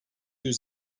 yüz